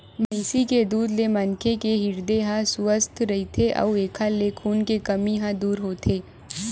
भइसी के दूद ले मनखे के हिरदे ह सुवस्थ रहिथे अउ एखर ले खून के कमी ह दूर होथे